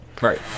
Right